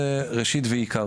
זה ראשית ועיקר.